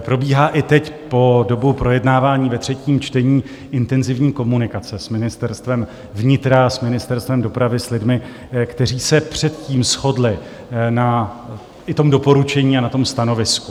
Probíhá i teď po dobu projednávání ve třetím čtení intenzivní komunikace s Ministerstvem vnitra, s Ministerstvem dopravy, s lidmi, kteří se předtím shodli i na tom doporučení a na tom stanovisku.